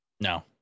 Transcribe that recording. No